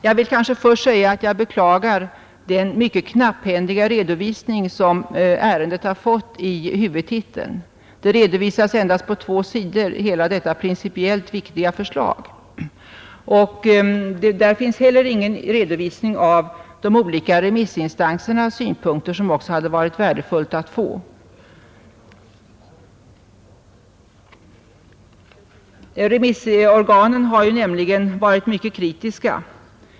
Jag beklagar den mycket knapphändiga redovisning som ärendet har fått i huvudtiteln. Hela detta principiellt viktiga förslag återges på endast två sidor, och där finns heller ingen redogörelse för de olika remissinstansernas synpunkter, som det hade varit värdefullt att få. Remissorganen har nämligen varit mycket kritiska.